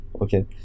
okay